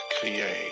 create